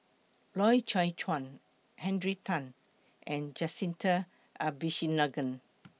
Loy Chye Chuan Henry Tan and Jacintha Abisheganaden